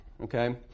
Okay